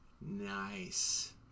Nice